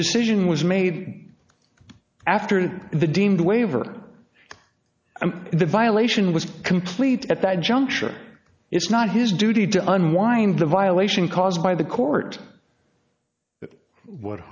decision was made after the deem the waiver the violation was complete at that juncture it's not his duty to unwind the violation caused by the court w